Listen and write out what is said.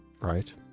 Right